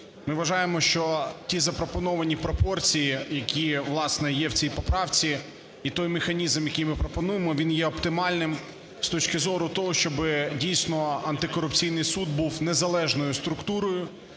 Ми вважаємо, що ті запропоновані пропорції, які, власне, є в цій поправці, і той механізм, який ми пропонуємо, він є оптимальним з точки зору того, щоб, дійсно, антикорупційний суд був незалежною структурою.